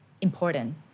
important